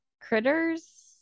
critters